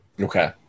Okay